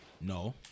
No